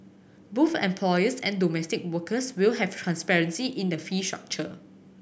both employers and domestic workers will have transparency in the fee structure